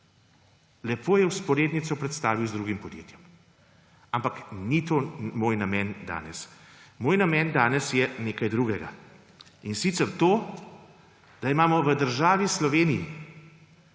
Lepo je vzporednico predstavil z drugim podjetjem. Ampak ni to moj namen danes. Moj namen danes je nekaj drugega, in sicer to, da imamo v državi Sloveniji